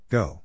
Go